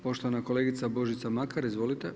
Poštovana kolegica Božica Makar, izvolite.